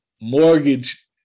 mortgage